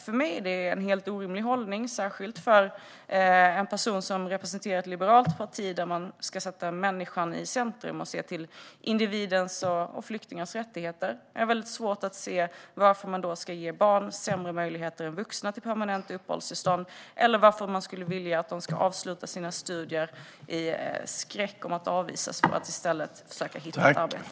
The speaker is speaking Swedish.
För mig är det en helt orimlig hållning, särskilt för en person som representerar ett liberalt parti där man ska sätta människan i centrum och se till individers och flyktingars rättigheter. Det är väldigt svårt att se varför man då ska ge barn sämre möjligheter än vuxna till permanent uppehållstillstånd eller varför man skulle vilja att de ska avsluta sina studier i skräck för att avvisas för att i stället försöka hitta ett arbete.